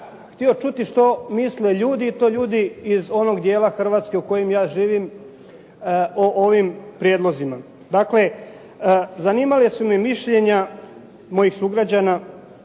htio čuti što misle ljudi i to ljudi iz onog dijela Hrvatske u kojem ja živim o ovim prijedlozima. Dakle, zanimala su me mišljenja mojih sugrađana